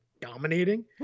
dominating